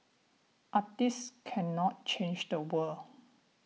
artists cannot change the world